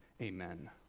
Amen